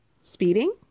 speeding